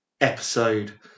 episode